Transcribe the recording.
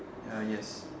ya yes